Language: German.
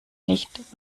nicht